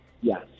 Yes